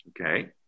Okay